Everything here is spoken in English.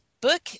book